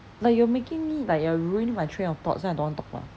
like you are making me like you are ruining my train of thoughts then I don't want talk lah